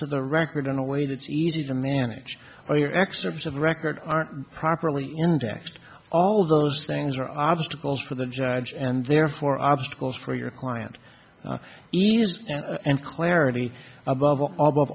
to the record in a way that's easy to manage or your excerpts of record aren't properly indexed all those things are obstacles for the judge and therefore obstacles for your client even and clarity above